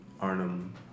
Arnhem